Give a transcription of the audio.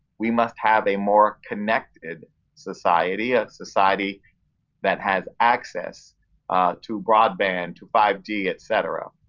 we must have a more connected society. a society that has access to broadband, to five g, et cetera.